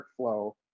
workflow